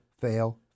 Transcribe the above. fail